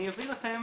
אני אביא לכם